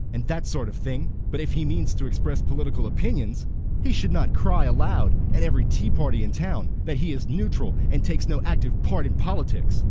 and that sort of thing. but if he means to express political opinions he should not cry aloud at every tea-party in town that he is neutral and takes no active part in politics.